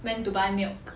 went to buy milk